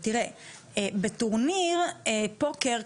טורנירי פוקר,